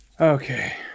Okay